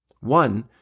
One